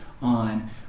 on